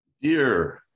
Dear